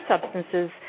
substances